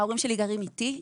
ההורים שלי גרים איתי.